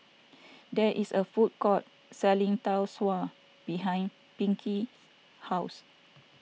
there is a food court selling Tau Suan behind Pinkie's house